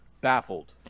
baffled